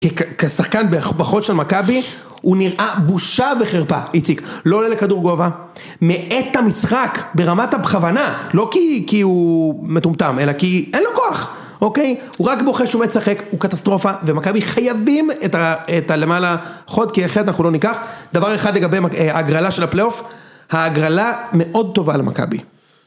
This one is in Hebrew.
כשחקן בחוד של מכבי, הוא נראה בושה וחרפה, איציק, לא עולה לכדור גובה, מאט ת׳משחק, ברמת הבכוונה, לא כי הוא מטומטם, אלא כי אין לו כוח, אוקיי? הוא רק בוכה שהוא מת לשחק, הוא קטסטרופה, ומכבי חייבים את הלמעלה, חוד כי אחרת אנחנו לא ניקח דבר אחד לגבי הגרלה של הפלאוף, ההגרלה מאוד טובה למכבי